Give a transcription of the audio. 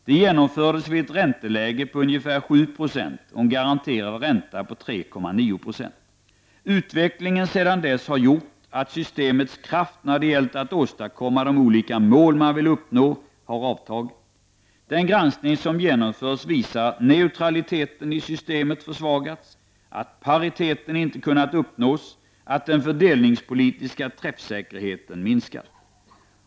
Det infördes vid ett ränteläge på ungefär 7 % och en garanterad ränta på 3,9 %. Utvecklingen sedan dess har gjort att systemets kraft när det gällt att åstadkomma de olika mål man vill uppnå har avtagit. Den granskning som genomförts visar att neutraliteten i systemet försvagats, att pariteten inte kunnat uppnås och att den fördelningspolitiska träffsäkerheten minskat.